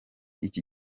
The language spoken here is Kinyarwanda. iki